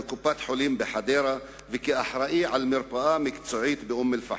בקופת-חולים בחדרה וכאחראי על מרפאה מקצועית באום-אל-פחם.